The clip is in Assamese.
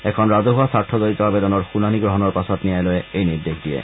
এখন ৰাজহুৱা স্বাৰ্থজড়িত আবেদনৰ শুনানী গ্ৰহণৰ পাছত ন্যায়ালয়ে এই নিৰ্দেশ দিয়ে